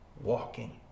walking